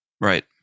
Right